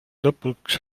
lõpuks